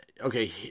okay